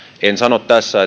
en sano tässä